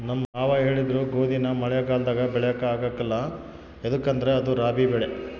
ನಮ್ ಮಾವ ಹೇಳಿದ್ರು ಗೋದಿನ ಮಳೆಗಾಲದಾಗ ಬೆಳ್ಯಾಕ ಆಗ್ಕಲ್ಲ ಯದುಕಂದ್ರ ಅದು ರಾಬಿ ಬೆಳೆ